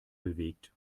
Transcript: bewegt